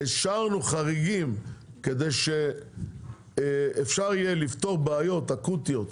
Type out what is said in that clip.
ואישרנו חריגים כדי שאפשר יהיה לפתור בעיות אקוטיות.